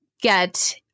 get